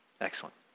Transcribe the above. excellent